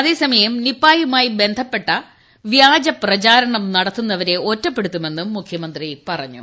അതേസമയം നിപായൂമായി ബന്ധപ്പെട്ട വ്യാജപ്രചാരണം നടത്തുന്നവരെ ഒറ്റപ്പെട്ടുത്തൂമെന്നും മുഖ്യമന്ത്രി പറഞ്ഞു